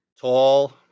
Tall